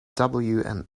wna